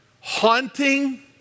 haunting